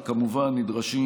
וכולם מסכימים,